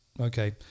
Okay